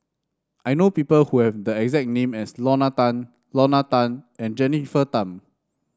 I know people who have the exact name as Lorna Tan Lorna Tan and Jennifer Tham